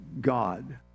God